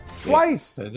Twice